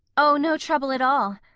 oh, no trouble at all.